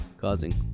causing